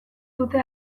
dute